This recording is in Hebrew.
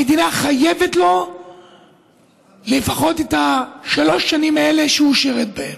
המדינה חייבת לו לפחות את שלוש השנים האלה שהוא שירת בהן.